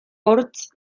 hortz